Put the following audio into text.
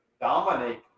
dominic